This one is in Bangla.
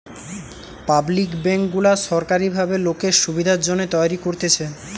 পাবলিক বেঙ্ক গুলা সোরকারী ভাবে লোকের সুবিধার জন্যে তৈরী করতেছে